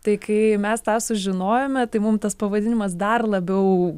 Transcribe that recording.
tai kai mes tą sužinojome tai mums tas pavadinimas dar labiau